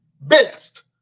best